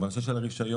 ובנושא של הרישיון,